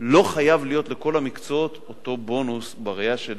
לא חייב להיות לכל המקצועות אותו בונוס בראייה של